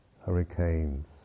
hurricanes